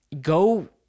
go